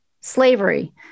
slavery